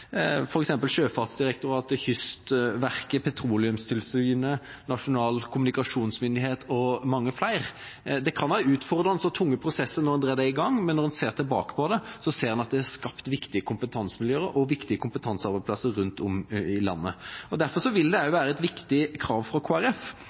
Sjøfartsdirektoratet, Kystverket, Petroleumstilsynet, Nasjonal kommunikasjonsmyndighet og mange flere. Det kan være utfordrende og tunge prosesser når en drar dem i gang, men når en ser tilbake på det, ser en at det er skapt viktige kompetansemiljøer og viktige kompetansearbeidsplasser rundt om i landet. Derfor vil det